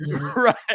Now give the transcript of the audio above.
Right